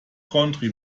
country